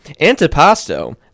antipasto